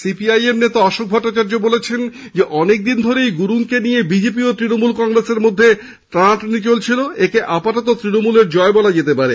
CPIM নেতা অশোক ভট্টাচার্য বলেছেন অনেক দিন ধরেই গুরুংকে নিয়ে বিজেপি তৃণমূলের মধ্যে টানাটানি চলছিল একে আপাতত তৃণমূলের জয় বলা যেতে পারে